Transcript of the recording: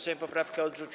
Sejm poprawkę odrzucił.